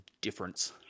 difference